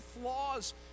flaws